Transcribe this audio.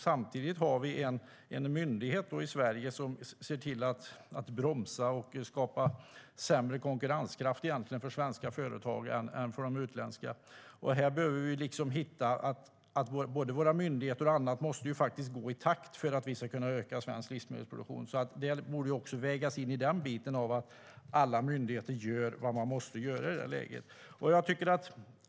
Vi har då en myndighet i Sverige som ser till att bromsa och skapa sämre konkurrenskraft för svenska företag än för utländska. Här behöver vi hitta ett sätt för både våra myndigheter och annat att kunna gå i takt, för att vi ska kunna öka svensk livsmedelsproduktion. Det borde alltså vägas in i den biten, att alla myndigheter gör vad de måste göra i det läget.